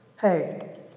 Hey